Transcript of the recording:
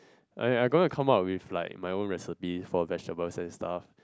I I going to come out with like my own recipe for vegetables and stuff